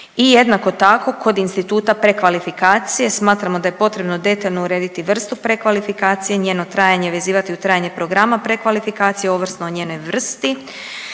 i jednako tako kod instituta prekvalifikacije smatramo da je potrebno detaljno urediti vrstu prekvalifikacije i njeno trajanje vezivati u trajanje programa prekvalifikacije ovisno o njenoj vrsti,